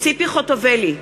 ציפי חוטובלי,